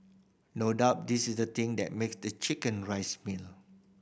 no doubt this is the thing that makes the chicken rice meal